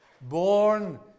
born